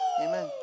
Amen